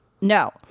No